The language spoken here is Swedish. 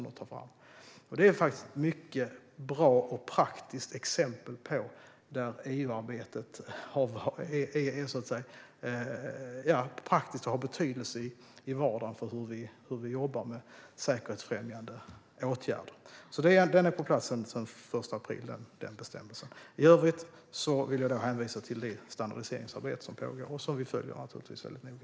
Det är ett mycket bra exempel där EU-arbetet praktiskt har betydelse i vardagen för hur vi jobbar med säkerhetsfrämjande åtgärder. Den här bestämmelsen är alltså på plats sedan den 1 april. I övrigt vill jag hänvisa till det standardiseringsarbete som pågår och som vi naturligtvis följer noga.